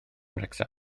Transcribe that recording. wrecsam